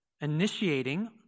initiating